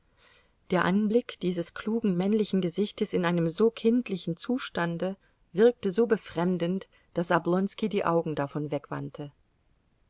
der anblick dieses klugen männlichen gesichtes in einem so kindlichen zustande wirkte so befremdend daß oblonski die augen davon wegwandte